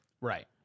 Right